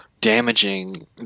damaging